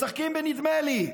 משחקים בנדמה לי.